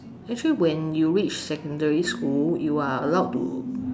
actually when you reach secondary school you are allowed to